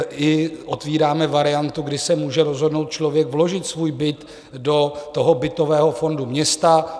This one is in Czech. Tak i otvíráme variantu, kdy se může rozhodnout člověk vložit svůj byt do bytového fondu města.